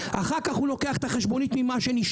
אחר כך הוא לוקח את החשבונית, את מה שנשאר,